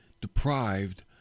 deprived